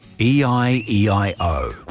E-I-E-I-O